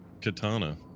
Katana